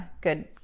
good